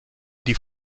die